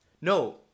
No